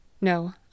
No